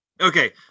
Okay